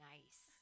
Nice